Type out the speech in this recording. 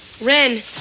Ren